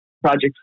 projects